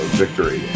victory